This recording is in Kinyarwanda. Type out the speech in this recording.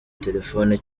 telephone